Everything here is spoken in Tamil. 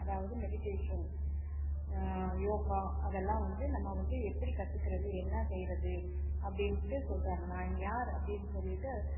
அதாவது மெடிடேஷன் யோகா அதெல்லாம் வந்து நம்ம வந்து எப்படி கற்றுக்கறது என்ன செய்கிறது அப்படின்ட்டு சொல்கிறாங்க நான் யார் அப்படின் சொல்லிவிட்டு